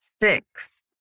fix